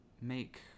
make